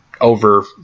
over